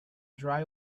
dry